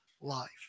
life